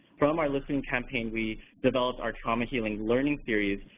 from our listening campaign we developed our trauma healing learning series,